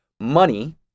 Money